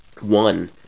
One